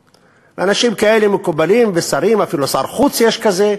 אנשים כאלה מקובלים, שרים, אפילו שר חוץ יש כזה.